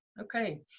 Okay